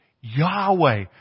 Yahweh